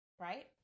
right